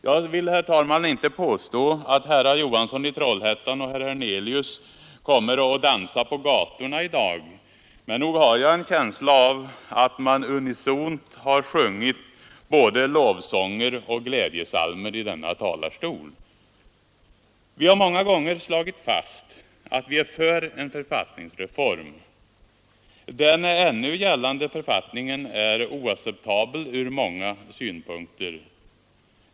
Jag vill, herr talman, inte påstå att herr Johansson i Trollhättan och herr Hernelius kommer att dansa på gatorna i dag, men nog har jag en känsla av att man unisont har sjungit både lovsånger och glädjepsalmer i denna talarstol. Vi har många gånger slagit fast att vi är för en författningsreform. Den ännu gällande författningen är oacceptabel från många synpunkter.